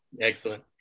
Excellent